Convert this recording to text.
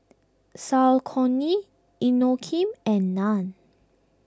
Saucony Inokim and Nan